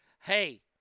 Hey